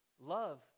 love